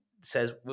says